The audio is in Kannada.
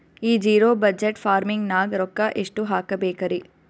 ಈ ಜಿರೊ ಬಜಟ್ ಫಾರ್ಮಿಂಗ್ ನಾಗ್ ರೊಕ್ಕ ಎಷ್ಟು ಹಾಕಬೇಕರಿ?